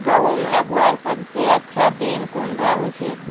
गहुम लगवार सबसे अच्छा दिन कुंडा होचे?